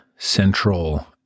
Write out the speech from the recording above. central